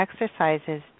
exercises